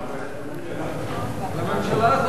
מה הבעיה של הממשלה?